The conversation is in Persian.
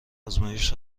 آزمایش